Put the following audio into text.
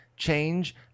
change